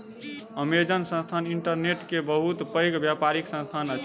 Amazon संस्थान internet के बहुत पैघ व्यापारिक संस्थान अछि